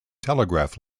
telegraph